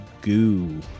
goo